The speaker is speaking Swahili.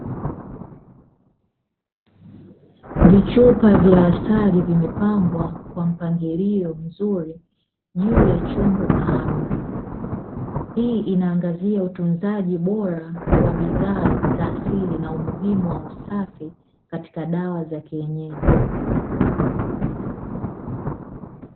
Vichupa vya asali vimeangwa kwa mpangilio mzuri juu ya chombo maalumu. Hii inaangazia utunzaji bora wa bidhaa za asili na umuhimu wa usafi katika dawa za kienyeji.